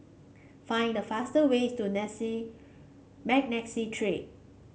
find the fast way to Street